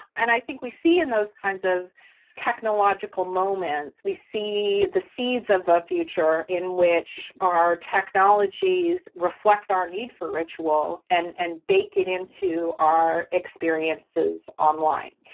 and i we see in those kinds of technological moments, we see the seeds of a future in which our technologies reflect our need for ritual and and bake it into our experiences online.